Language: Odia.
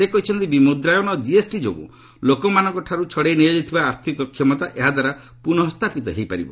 ସେ କହିଛନ୍ତି ବିମୁଦ୍ରାୟନ ଓ ଜିଏସ୍ଟି ଯୋଗୁଁ ଲୋକଙ୍କଠାରୁ ଛଡ଼ାଇ ନିଆଯାଇଥିବା ଆର୍ଥିକ କ୍ଷମତା ଏହାଦ୍ୱାରା ପୁନଃ ସ୍ଥାପିତ ହୋଇପାରିବ